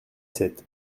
sept